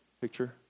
picture